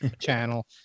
channel